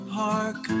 park